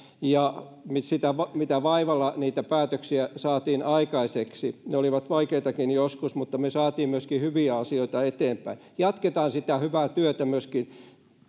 ja sitä millä vaivalla niitä päätöksiä saatiin aikaiseksi ne olivat vaikeitakin joskus mutta me saimme myöskin hyviä asioita eteenpäin jatketaan sitä hyvää työtä myöskin